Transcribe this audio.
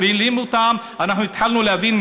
אנחנו התחלנו להבין,